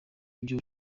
ibyo